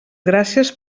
gràcies